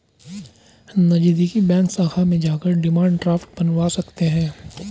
नज़दीकी बैंक शाखा में जाकर डिमांड ड्राफ्ट बनवा सकते है